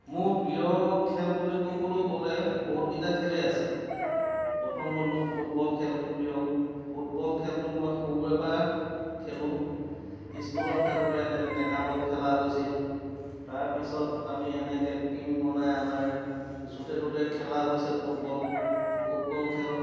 মোৰ প্ৰিয় খেল বুলি ক'বলৈ গ'লে বহুতকেইটা খেলেই আছে প্ৰথম হ'ল মোৰ ফুটবল খেলটো প্ৰিয় ফুটবল খেলটো মই সৰুৰেপৰা খেলোঁ স্কুলত থাকোঁতে এনেকৈ টেঙাবল খেলা হৈছিল তাৰপিছত আমি এনেকৈ টীম বনাই আমাৰ য'তে ত'তে খেলা হৈছে ফুটবল ফুটবল খেলত